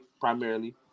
primarily